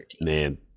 man